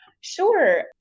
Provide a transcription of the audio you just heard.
Sure